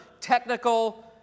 technical